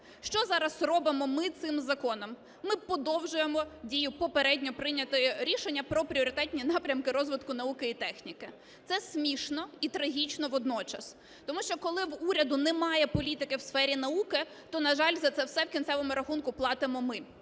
Що зараз робимо ми цим законом? Ми подовжуємо дію попередньо прийнятого рішення про пріоритетні напрямки розвитку науки і техніки. Це смішно і трагічно водночас, тому що, коли в уряду немає політики в сфері науки, то, на жаль, за це все в кінцевому рахунку платимо ми.